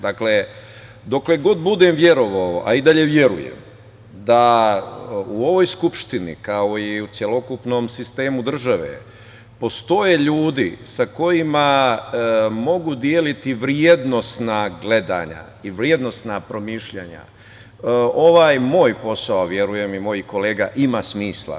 Dakle, dokle god budem verovao, a i dalje verujem da u ovoj Skupštini, kao i u celokupnom sistem države postoje ljudi sa kojima mogu deliti vrednosna gledanja i vrednosna promišljanja, ovaj posao, a verujem i mojih kolega, ima smisla.